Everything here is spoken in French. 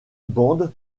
band